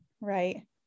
right